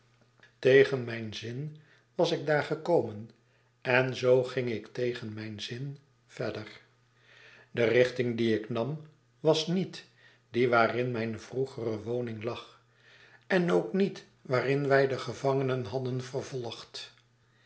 tegen mijn zin was ik daar gekomen en zoo ging ik tegen mijn zin verder de richting die ik nam was niet die waarin m ij ne vroegere woning lag en ook niet die waarin wij de gevangenen hadden vervolgd